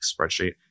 spreadsheet